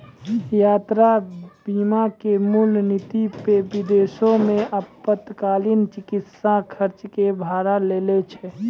यात्रा बीमा के मूल नीति पे विदेशो मे आपातकालीन चिकित्सा खर्च के भार लै छै